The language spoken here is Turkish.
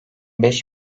beş